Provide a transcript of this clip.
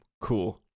Cool